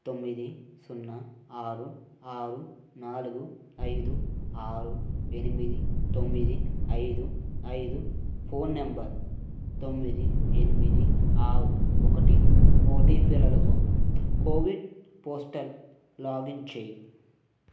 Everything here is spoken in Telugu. తొమ్మిది సున్నా ఆరు ఆరు నాలుగు ఐదు ఆరు ఎనిమిది తొమ్మిది ఐదు ఐదు ఫోన్ నంబర్ తొమ్మిది ఎనిమిది ఆరు ఒకటి ఓటీపీలతో కోవిన్ పోర్టల్ లాగిన్ చేయి